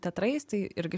teatrais tai irgi